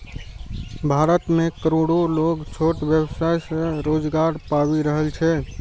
भारत मे करोड़ो लोग छोट व्यवसाय सं रोजगार पाबि रहल छै